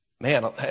Man